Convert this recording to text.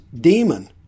demon